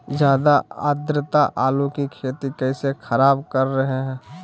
ज्यादा आद्रता आलू की खेती कैसे खराब कर रहे हैं?